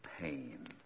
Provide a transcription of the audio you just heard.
pain